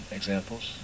examples